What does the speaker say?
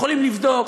יכולים לבדוק,